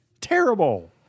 Terrible